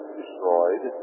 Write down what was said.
destroyed